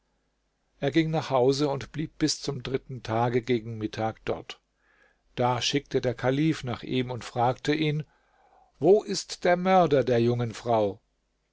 er ging nach hause und blieb bis zum dritten tage gegen mittag dort da schickte der kalif nach ihm und fragte ihn wo ist der mörder der jungen frau